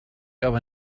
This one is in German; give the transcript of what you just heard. aber